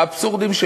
ובאבסורדים,